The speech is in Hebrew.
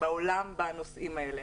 בעולם בנושאים האלה?